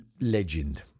legend